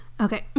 Okay